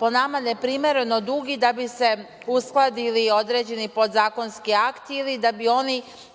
po nama, neprimereno dugi da bi se uskladili određeni podzakonski akti ili da bi oni